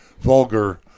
Vulgar